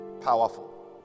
powerful